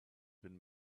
been